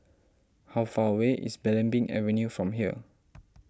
how far away is Belimbing Avenue from here